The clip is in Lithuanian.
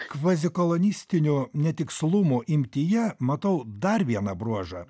kvazikolonistinių netikslumų imtyje matau dar vieną bruožą